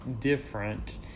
different